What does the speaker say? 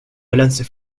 balance